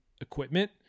equipment